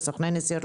לסוכני נסיעות,